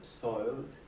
soiled